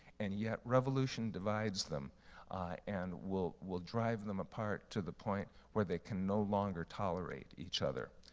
and yet revolution divides them and will will drive them apart to the point where they can no longer tolerate each other.